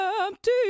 empty